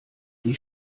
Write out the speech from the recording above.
die